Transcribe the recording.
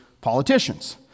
politicians